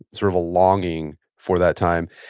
sort of a longing for that time.